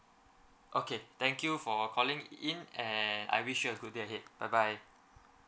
okay thank you for calling in and I wish you a good day ahead bye bye